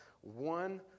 One